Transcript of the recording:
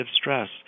stress